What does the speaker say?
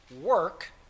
work